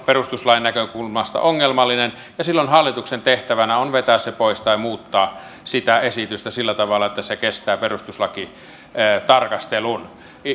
perustuslain näkökulmasta ongelmallisia ja silloin hallituksen tehtävänä on vetää ne pois tai muuttaa esitystä sillä tavalla että se kestää perustuslakitarkastelun